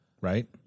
right